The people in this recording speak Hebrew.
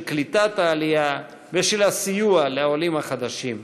של קליטת העלייה ושל הסיוע לעולים החדשים.